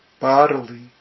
bodily